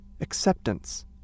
acceptance